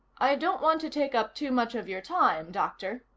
i don't want to take up too much of your time, doctor,